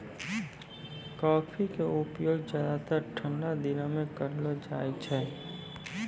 coffee के उपयोग ज्यादातर ठंडा दिनों मॅ करलो जाय छै